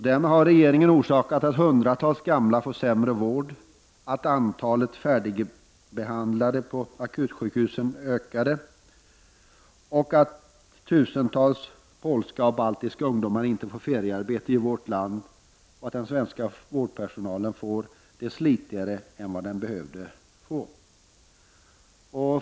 Därmed har regeringen orsakat att hundratals gamla får sämre vård, att antalet färdigbehandlade på akutsjukhusen ökar, att tusentals polska och baltiska ungdomar inte får feriearbete i vårt land och att den svenska vårdpersonalen får det slitigare än vad den skulle behöva få.